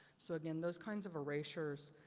so again, those kinds of erasures